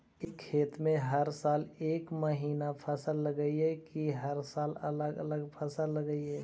एक खेत में हर साल एक महिना फसल लगगियै कि हर साल अलग अलग फसल लगियै?